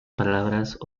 palabras